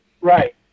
Right